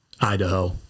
Idaho